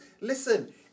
Listen